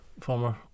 former